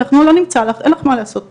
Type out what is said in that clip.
שלא ימצאו לי ואין לי מה לעשות אצלם.